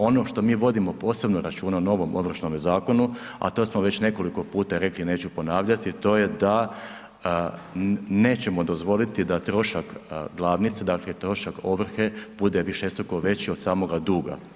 Ono što mi vodim posebno računa u novom Ovršnome zakona a to smo već nekoliko rekli, neću ponavljati, a to je da nećemo dozvoliti da trošak glavnice, dakle trošak ovrhe bude višestruko veći od samoga duga.